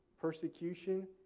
persecution